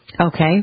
Okay